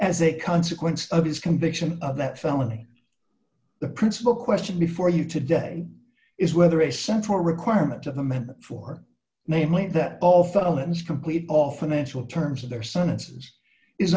as a consequence of his conviction that felony the principal question before you today is whether a central requirement to the men for namely that all felons complete off d financially terms of their sentences is